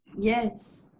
Yes